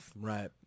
right